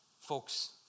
folks